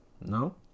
No